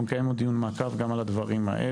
אנחנו נקיים עוד דיון מעקב גם על הדברים האלה.